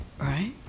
right